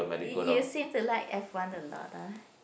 you you seem to like F one a lot ah